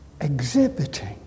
exhibiting